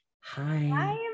Hi